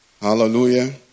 Hallelujah